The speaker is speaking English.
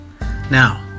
Now